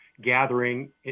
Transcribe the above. gathering